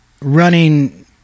running –